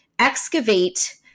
excavate